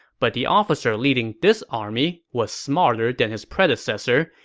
but the officer leading this army was smarter than his predecessor.